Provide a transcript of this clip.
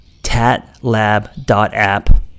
tatlab.app